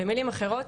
במילים אחרות,